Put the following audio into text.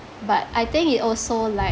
but I think it also like